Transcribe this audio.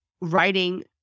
writing